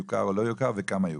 יוכר או לא יוכר וכמה יוכר.